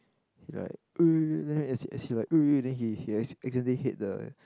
he like !uh! then as he as he like !uh! he he accidentally hit the